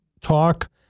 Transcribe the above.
talk